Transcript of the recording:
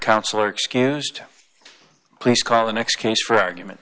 counselor excused please call the next case for argument